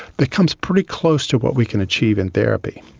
becomes pretty close to what we can achieve in therapy.